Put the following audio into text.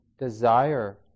desire